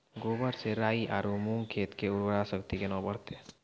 गोबर से राई आरु मूंग खेत के उर्वरा शक्ति केना बढते?